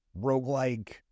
roguelike